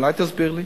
אולי תסביר לי?